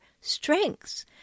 strengths